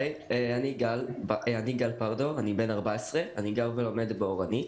אני בן 14. אני גר ולומד באורנית.